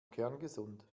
kerngesund